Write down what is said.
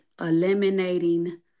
eliminating